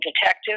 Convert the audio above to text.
detective